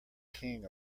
king